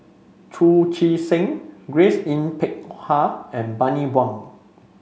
Chu Chee Seng Grace Yin Peck Ha and Bani Buang